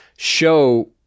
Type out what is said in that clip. show